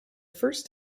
first